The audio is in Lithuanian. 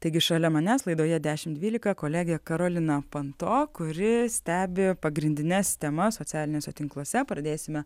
taigi šalia manęs laidoje dešimt dvylika kolegė karolina panto kūri stebi pagrindines temas socialiniuose tinkluose pradėsime